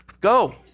Go